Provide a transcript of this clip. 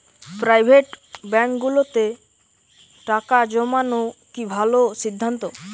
Private ব্যাংকগুলোতে টাকা জমানো কি ভালো সিদ্ধান্ত?